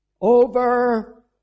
Over